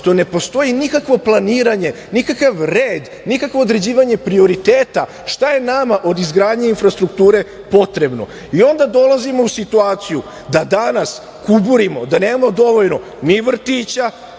što ne postoji nikakvo planiranje, nikakav red, nikakvo određivanje prioriteta šta je nama od izgradnje infrastrukture potrebno. Onda dolazimo u situaciju da danas kuburimo, da nemamo dovoljno ni vrtića,